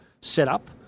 setup